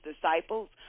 disciples